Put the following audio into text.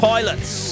Pilots